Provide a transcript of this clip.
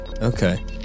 Okay